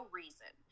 reason